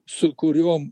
su kuriom